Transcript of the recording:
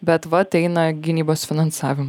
bet vat eina gynybos finansavimo